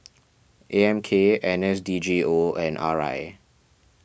A M K N S D G O and R I